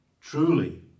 truly